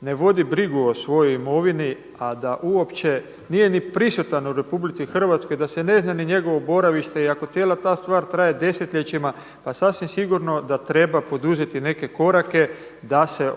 ne vodi brigu o svojoj imovini, a da uopće nije ni prisutan u RH da se ne zna ni njegovo boravište i ako cijela ta stvar traje desetljećima pa sasvim sigurno da treba poduzeti neke korake da se